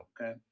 Okay